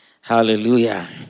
Hallelujah